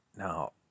Now